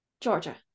Georgia